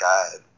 God